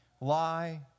lie